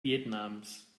vietnams